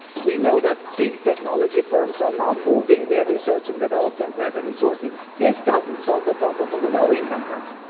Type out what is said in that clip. we know that big technology firms are now moving their research and development where the resource is. this doesn't solve the problem for the low income countries,